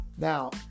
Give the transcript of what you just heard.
Now